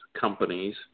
companies